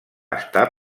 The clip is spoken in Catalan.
estar